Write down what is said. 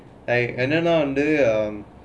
like and then ah nowaday um